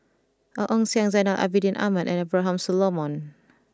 Ong Ong Siang Zainal Abidin Ahmad and Abraham Solomon